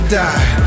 die